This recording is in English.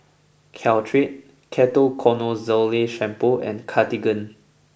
Caltrate Ketoconazole shampoo and Cartigain